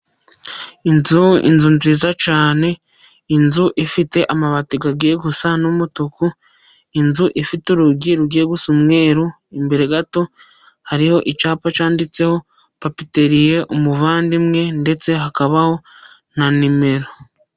Inzu, inzu nziza cyane, inzu ifite amabati agiye gusa n'umutuku, inzu ifite urugi rugiye gusa umweru, imbere gato hariho icyapa cyanditseho papiterie umuvandimwe ndetse hakabaho na nimero.